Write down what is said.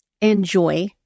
enjoy